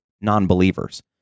non-believers